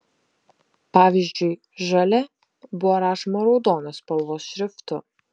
pavyzdžiui žalia buvo rašoma raudonos spalvos šriftu